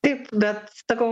taip bet sakau